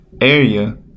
area